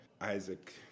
isaac